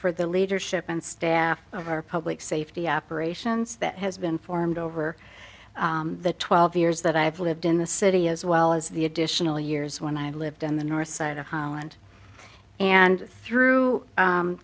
for the leadership and staff of our public safety operations that has been formed over the twelve years that i have lived in the city as well as the additional years when i lived on the north side of holland and through